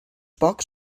pocs